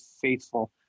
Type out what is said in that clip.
faithful